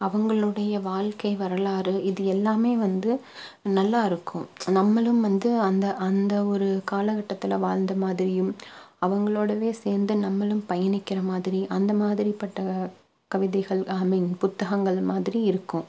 அவங்களோடைய வாழ்க்கை வரலாறு இது எல்லாமே வந்து நல்லா இருக்கும் நம்மளும் வந்து அந்த அந்த ஒரு காலகட்டத்தில் வாழ்ந்த மாதிரியும் அவங்களோடவே சேர்ந்து நம்மளும் பயணிக்கிற மாதிரி அந்த மாதிரிபட்ட கவிதைகள் ஐ மீன் புத்தகங்கள் மாதிரி இருக்கும்